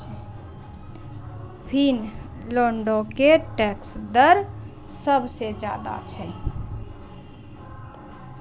फिनलैंडो के टैक्स दर सभ से ज्यादे छै